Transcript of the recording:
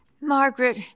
Margaret